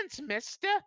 mister